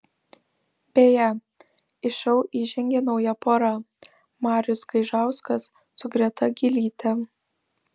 beje į šou įžengė nauja pora marius gaižauskas su greta gylyte